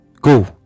Go